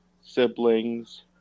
siblings